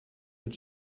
mit